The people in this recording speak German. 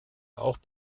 auch